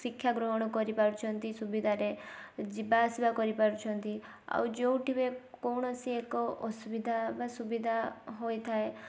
ଶିକ୍ଷା ଗ୍ରହଣ କରିପାରୁଛନ୍ତି ସୁବିଧାରେ ଯିବା ଆସିବା କରିପାରୁଛନ୍ତି ଆଉ ଯେଉଁଠି ବି କୌଣସି ଏକ ଅସୁବିଧା ବା ସୁବିଧା ହୋଇଥାଏ